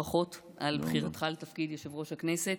ברכות על בחירתך לתפקיד יושב-ראש הכנסת.